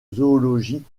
zoologique